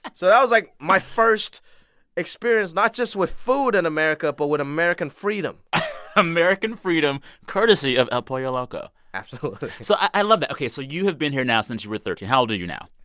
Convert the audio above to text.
and so that was, like, my first experience, not just with food in america but with american freedom american freedom, courtesy of el pollo loco absolutely so i love that. ok. so you have been here now since you were thirteen. how old are you now?